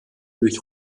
durch